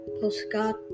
postcard